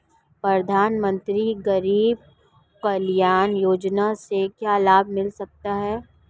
प्रधानमंत्री गरीब कल्याण योजना से क्या लाभ मिल सकता है?